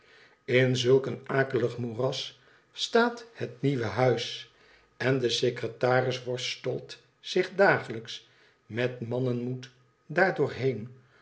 in zulk een akelig moeras staat het nieuwe huis en de secretaris worstelt zich dagelijks met mannenmoed